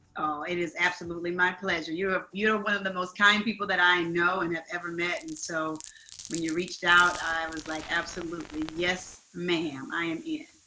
oh, it is absolutely my pleasure. you're ah you know one of the most kind people that i know and i have ever met. and so when you reached out, i was like, absolutely, yes, ma'am. i am in.